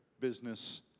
business